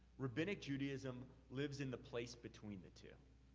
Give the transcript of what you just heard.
rabbinic judaism lives in the place between the two.